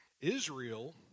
Israel